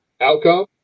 outcome